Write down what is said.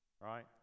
right